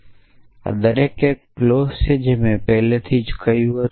તેથી આ દરેક એક ક્લોઝ છે જે મેં પહેલેથી જ કહ્યું હતું